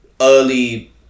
early